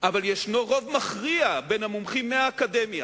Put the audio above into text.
אבל רוב מכריע בין המומחים מהאקדמיה,